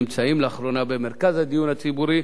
הנמצאים לאחרונה במרכז הדיון הציבורי,